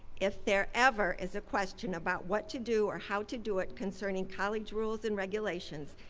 if there ever is a question about what to do or how to do it concerning college rules and regulations,